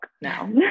now